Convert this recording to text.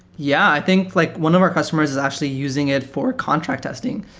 yeah. i think like one of our customers actually using it for contract testing.